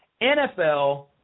NFL